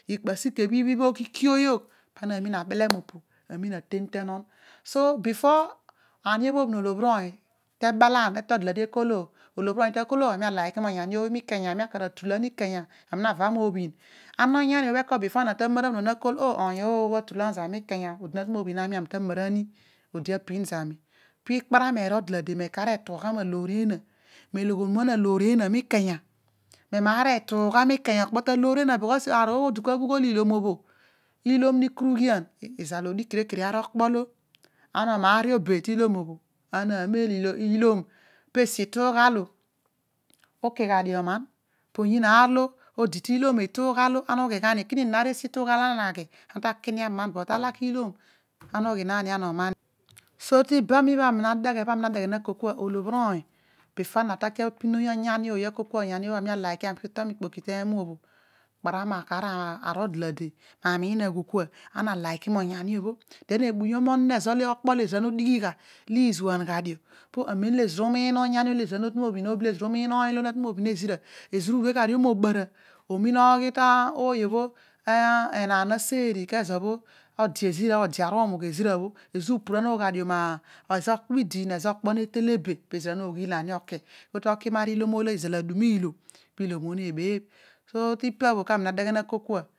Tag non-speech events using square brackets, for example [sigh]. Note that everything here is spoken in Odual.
Ikpo asiue bho ibhibhogg ikioyogh pana namina abele mopo amina aten tonon so before ani- bhobh aolobh oony tebalan atol dalade akol oh olobhir vony takol oh ami aliki monyani bho bho mikanya am akar atulan ikanya ami nava mobhin ana onyan bho ekona before ana tamara nuan akol oh oony bho bho atulan zam mikanya odi natu mobhi ami ami tamar ami odi apin zami pikparam erol dalade mekar etuugha mahoor eena mew muan azoor eena mikanya okpo reloor zena blaos aar bho bho odi bho ughol ilom bho ilom nikurughian izal odigh kere kere okpo ana omari o be tilom bho ana ne meol pesi iituugha olo uki gha dio oman poyiin aar olo odi tilom itungha lo ana ughi gha ni kin es itungha lo ana aghi ane ta tungha aman but talaka ilom ana ana ughi nani ana oman io so tiham bho ami adeghe bho arii nadeghe nakol una olobhir oony before ana laki akol ana onyani obbo bho ami alike [unintelligible] enam na seer kezo bho ode ezira odi arumugh ezira upurua gha ohio mezo okpo idi ezo okpo natele be pezira no ghill oki kedio toki milom olo izal aduma ilo pilom bho nebeebh gi tipa bho kedio ami ne deghe na uol kua